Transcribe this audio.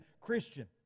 Christian